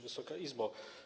Wysoka Izbo!